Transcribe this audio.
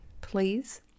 Please